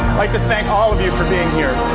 like to thank all of you for being here.